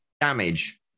damage